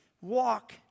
walk